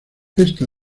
esta